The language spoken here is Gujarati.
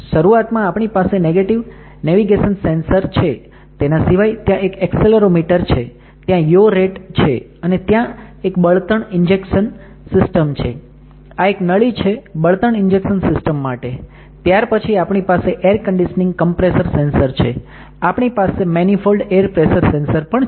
શરૂઆત માં આપણી પાસે નેવિગેશન સેન્સર્સ છે તેના સિવાય ત્યાં એક એક્સેલેરોમીટર છે ત્યાં યો રેટ વાહન નો દર છે અને ત્યાં એક બળતણ ઇન્જેક્શન સીસ્ટમ છે આ એક નળી છે બળતણ ઇન્જેક્શન સીસ્ટમ માટે ત્યાર પછી આપણી પાસે એર કંડીશનીંગ કમ્પ્રેસર સેન્સર છે આપણી પાસે મેનીફોલ્ડ એર પ્રેસર સેન્સર પણ છે